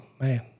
man